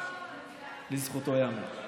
לזכותו ייאמר.